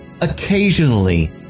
occasionally